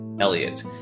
elliot